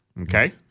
okay